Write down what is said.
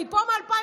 אני פה מ-2015,